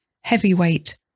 heavyweight